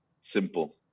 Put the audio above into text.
simple